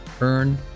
Earn